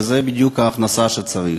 וזו בדיוק ההכנסה שצריך.